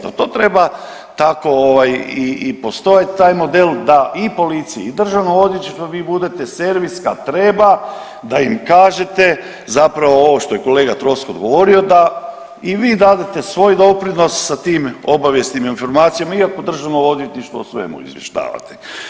To treba tako i postojati taj model, da i policiji i Državnom odvjetništvu vi budete servis kad treba, da im kažete zapravo ovo što je kolega Troskot govorio da i vi dadete svoj doprinos sa tim obavijestima, informacijama iako Državno odvjetništvo o svemu izvještavate.